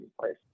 place